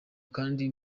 kandi